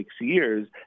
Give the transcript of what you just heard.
years